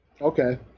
Okay